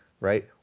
right